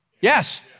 Yes